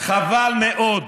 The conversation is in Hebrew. חבל מאוד.